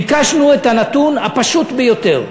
ביקשנו את הנתון הפשוט ביותר,